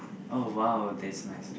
oh !wow! that's nice